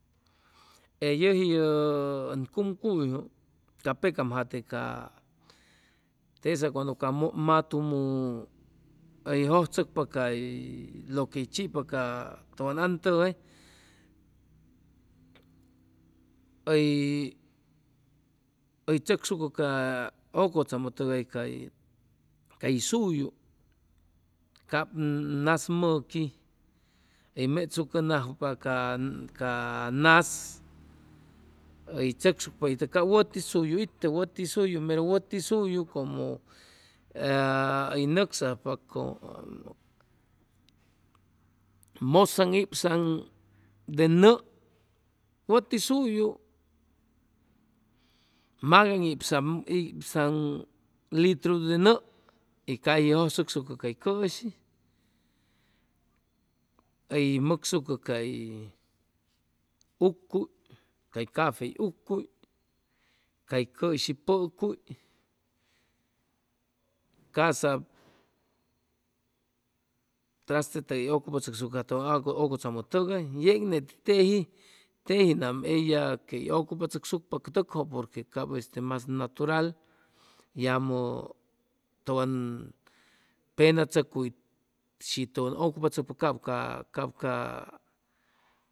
E yʉji yʉ ʉn cumcuyjʉ ca pecam jate ca esa cuando ca matumu hʉy jʉjchʉcpa ca loque hʉy chipa can antʉgay hʉy tzʉcsucʉ ca ʉcʉtzamʉ tʉgay cay cay suyu cap nas mʉqui hʉy mechsucʉnajpa ca ca naz hʉy tzʉcsucpa ca wʉti suyu itʉ wʉti suyu mero wʉti suyu como aa hʉy nʉcsajpa como mʉzaŋibzaŋ de nʉʉ wʉti suyu magaŋibzaŋ litru de nʉʉy caji hʉy jʉjchʉcsucʉ cay cʉshi hʉy mʉcsucʉ cay uqcuy cay cafey uqcuy cay cʉshi pʉcuy ca'sa traste tʉgay hʉy ʉcʉpachʉcsucʉ ca tʉn ʉcʉtzamʉ tʉgay yeg net teji teji nam ella quey ʉcupachʉcsucpa tʉkjʉ porque cap mas natural yamʉ tʉn pena chʉcuy shi tʉwan ʉcupachʉcpa cap ca cap ca